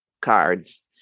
cards